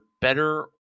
better